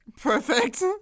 Perfect